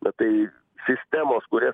bet tai sistemos kuria